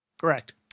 Correct